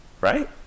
right